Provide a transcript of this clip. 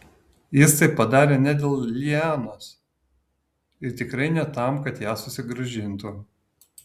jis tai padarė ne dėl lianos ir tikrai ne tam kad ją susigrąžintų